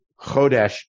chodesh